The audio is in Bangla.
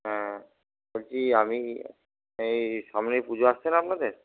হ্যাঁ বলছি আমি এই সামনেই পুজো আসছে না আপনাদের